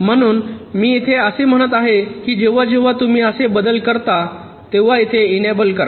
म्हणून मी येथे असे म्हणत आहे की जेव्हा जेव्हा तुम्ही असे बदल करता तेव्हा येथे इनेबल करा